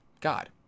God